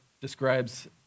describes